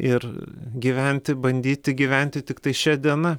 ir gyventi bandyti gyventi tiktai šia diena